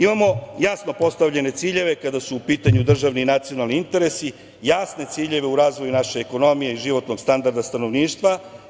Imamo jasno postavljene ciljeve kada su u pitanju državni i nacionalni interesi, jasne ciljeve u razvoju naše ekonomije i životnog standarda stanovništva.